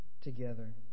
together